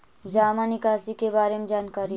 जामा निकासी के बारे में जानकारी?